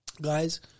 guys